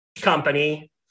company